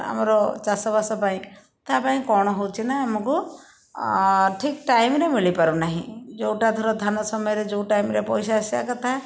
ଆମର ଚାଷ ବାସ ପାଇଁ ତା ପାଇଁ କ'ଣ ହେଉଛି ନା ଆମକୁ ଠିକ୍ ଟାଇମରେ ମିଳି ପାରୁନାହିଁ ଯେଉଁଟା ଧର ଧାନ ସମୟରେ ଯେଉଁ ଟାଇମରେ ପଇସା ଆସିବା କଥା